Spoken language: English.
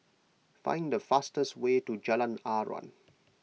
find the fastest way to Jalan Aruan